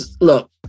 Look